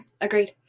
agreed